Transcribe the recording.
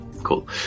Cool